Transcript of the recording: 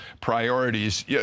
priorities